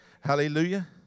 Hallelujah